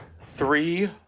three